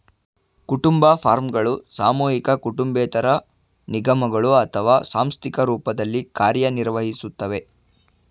ಕುಟುಂಬ ಫಾರ್ಮ್ಗಳು ಸಾಮೂಹಿಕ ಕುಟುಂಬೇತರ ನಿಗಮಗಳು ಅಥವಾ ಸಾಂಸ್ಥಿಕ ರೂಪದಲ್ಲಿ ಕಾರ್ಯನಿರ್ವಹಿಸ್ತವೆ